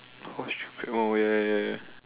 horseshoe oh ya ya ya